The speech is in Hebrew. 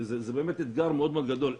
זה באמת אתגר מאוד מאוד גדול,